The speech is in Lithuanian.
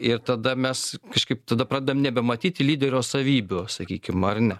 ir tada mes kažkaip tada pradedam nebematyti lyderio savybių sakykim ar ne